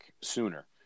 sooner